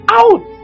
out